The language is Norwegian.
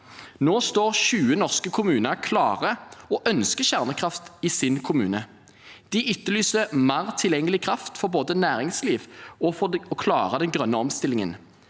Nå står 20 norske kommuner klare og ønsker kjernekraft i sin kommune. De etterlyser mer tilgjengelig kraft for næringslivet og for å klare den grønne omstillingen.